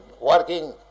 working